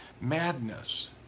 madness